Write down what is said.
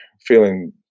feeling